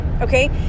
okay